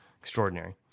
extraordinary